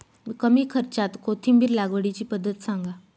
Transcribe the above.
कमी खर्च्यात कोथिंबिर लागवडीची पद्धत सांगा